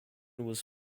was